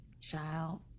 Child